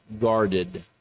guarded